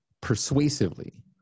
persuasively